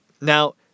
Now